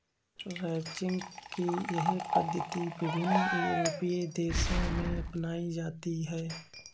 ranching की यह पद्धति विभिन्न यूरोपीय देशों में अपनाई जाती है